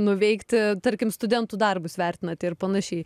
nuveikti tarkim studentų darbus vertinat ir panašiai